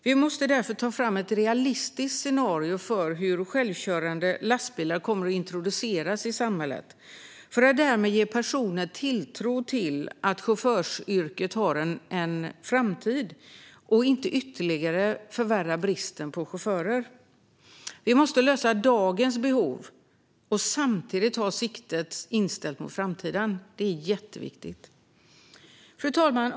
Vi måste därför ta fram ett realistiskt scenario för hur självkörande lastbilar kommer att introduceras i samhället för att därmed ge personer tilltro till att chaufförsyrket har en framtid och inte ytterligare förvärra bristen på chaufförer. Vi måste lösa dagens behov och samtidigt ha siktet inställt på framtiden. Det är jätteviktigt. Fru talman!